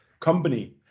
company